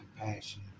compassion